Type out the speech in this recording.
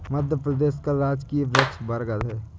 मध्य प्रदेश का राजकीय वृक्ष बरगद है